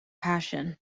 passion